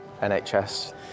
NHS